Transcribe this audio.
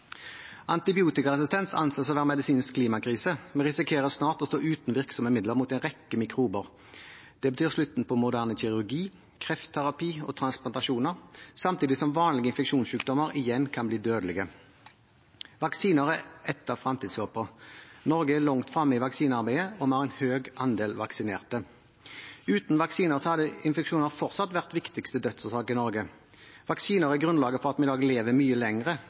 Antibiotikaresistens anses å være medisinens klimakrise. Vi risikerer snart å stå uten virksomme midler mot en rekke mikrober. Det vil bety slutten på moderne kirurgi, kreftterapi og transplantasjoner – samtidig som vanlige infeksjonssykdommer igjen kan bli dødelige. Vaksiner er et av fremtidshåpene. Norge er langt fremme i vaksinearbeidet, og vi har en høy andel vaksinerte. Uten vaksiner hadde infeksjoner fortsatt vært den viktigste dødsårsaken i Norge. Vaksiner er grunnlaget for at vi i dag lever mye